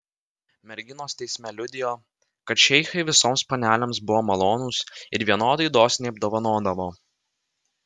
merginos teisme liudijo kad šeichai visoms panelėms buvo malonūs ir vienodai dosniai apdovanodavo